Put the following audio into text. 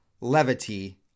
levity